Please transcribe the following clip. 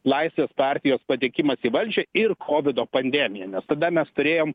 laisvės partijos patekimas į valdžią ir kovido pandemija nes tada mes turėjom